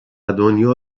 دنیا